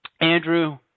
Andrew